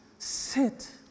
Sit